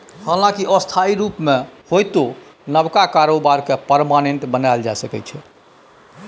हालांकि अस्थायी रुप मे होइतो नबका कारोबार केँ परमानेंट बनाएल जा सकैए